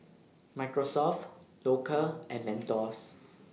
Microsoft Loacker and Mentos